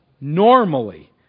normally